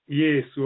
yes